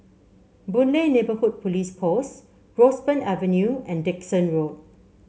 Boon Lay Neighbourhood Police Post Roseburn Avenue and Dickson Road